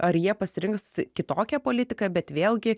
ar jie pasirinks kitokią politiką bet vėlgi